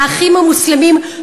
"האחים המוסלמים",